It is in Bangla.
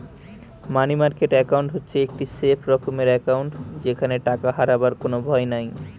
মানি মার্কেট একাউন্ট হচ্ছে একটি সেফ রকমের একাউন্ট যেখানে টাকা হারাবার কোনো ভয় নাই